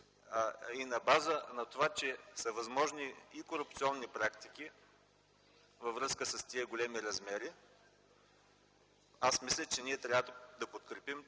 и на база на това, че са възможни и корупционни практики във връзка с тези големи размери, аз мисля, че ние трябва да подкрепим